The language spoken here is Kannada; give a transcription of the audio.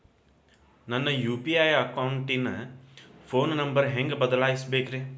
ನನ್ನ ಯು.ಪಿ.ಐ ಅಕೌಂಟಿನ ಫೋನ್ ನಂಬರ್ ಹೆಂಗ್ ಬದಲಾಯಿಸ ಬೇಕ್ರಿ?